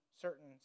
certain